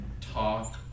talk